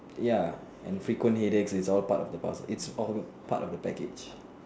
ya and frequent headaches is all part of the path is all part of the package